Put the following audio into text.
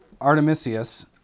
Artemisius